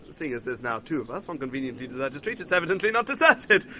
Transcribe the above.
seeing as there's now two of us on conveniently deserted street, it's evidently not deserted,